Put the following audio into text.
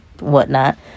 whatnot